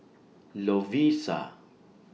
Lovisa